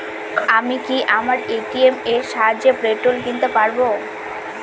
আমি কি আমার এ.টি.এম এর সাহায্যে পেট্রোল কিনতে পারব?